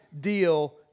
deal